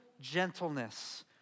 gentleness